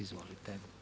Izvolite.